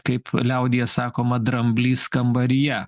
kaip liaudyje sakoma dramblys kambaryje